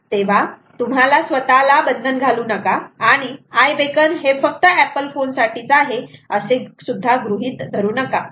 तेव्हा तुम्हाला स्वतःला बंधन घालू नका आणि आय बेकन हे फक्त एपल फोन साठीच आहे असे सुद्धा गृहीत धरू नका